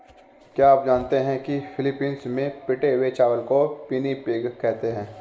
क्या आप जानते हैं कि फिलीपींस में पिटे हुए चावल को पिनिपिग कहते हैं